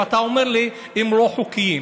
ואתה אומר לי: הם לא חוקיים,